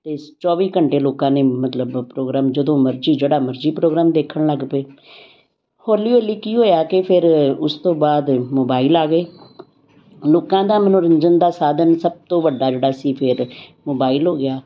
ਅਤੇ ਚੌਵੀ ਘੰਟੇ ਲੋਕਾਂ ਨੇ ਮਤਲਬ ਪ੍ਰੋਗਰਾਮ ਜਦੋਂ ਮਰਜ਼ੀ ਜਿਹੜਾ ਮਰਜ਼ੀ ਪ੍ਰੋਗਰਾਮ ਦੇਖਣ ਲੱਗ ਪਏ ਹੌਲੀ ਹੌਲੀ ਕੀ ਹੋਇਆ ਕਿ ਫੇਰ ਉਸ ਤੋਂ ਬਾਅਦ ਮੋਬਾਈਲ ਆ ਗਏ ਲੋਕਾਂ ਦਾ ਮਨੋਰੰਜਨ ਦਾ ਸਾਧਨ ਸਭ ਤੋਂ ਵੱਡਾ ਜਿਹੜਾ ਸੀ ਫਿਰ ਮੋਬਾਈਲ ਹੋ ਗਿਆ